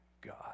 God